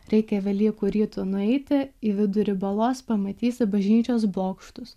reikia velykų rytu nueiti į vidurį balos pamatysi bažnyčios bokštus